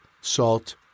salt